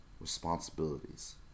responsibilities